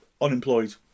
unemployed